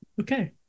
Okay